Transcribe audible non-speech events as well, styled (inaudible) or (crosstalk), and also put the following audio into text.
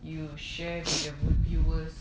(noise)